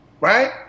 right